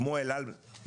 כמו אל על במדינה,